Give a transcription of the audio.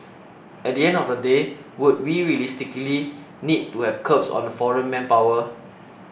at the end of the day would we realistically need to have curbs on the foreign manpower